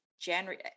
january